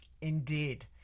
Indeed